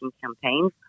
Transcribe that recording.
campaigns